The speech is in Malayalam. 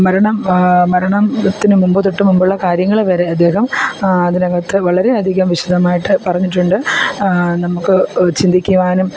മരണം മരണത്തിന് മുമ്പ് തൊട്ടു മുമ്പുള്ള കാര്യങ്ങൾ വരെ അദ്ദേഹം അതിനകത്ത് വളരെയധികം വിശദമായിട്ട് പറഞ്ഞിട്ടുണ്ട് നമ്മൾക്ക് ചിന്തിക്കുവാനും